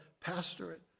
pastorate